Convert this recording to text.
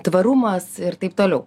tvarumas ir taip toliau